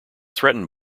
threatened